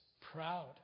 proud